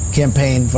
campaign